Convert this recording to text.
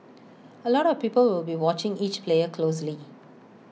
A lot of people will be watching each player closely